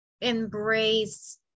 embrace